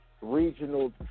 regional